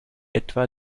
etwa